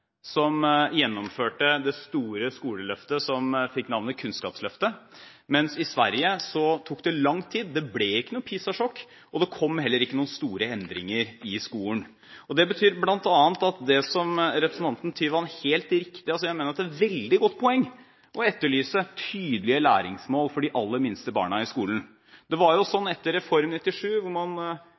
som gjennomførte det store skoleløftet som fikk navnet Kunnskapsløftet, mens det i Sverige tok lang tid – det ble ikke noe PISA-sjokk, og det kom heller ingen store endringer i skolen. Jeg mener det er et veldig godt poeng av representanten Tyvand å etterlyse tydelige læringsmål for de aller minste barna i skolen. Etter Reform 97 – hvor man